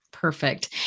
perfect